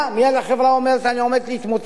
מייד החברה אומרת: אני עומדת להתמוטט,